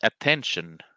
attention